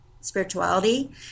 spirituality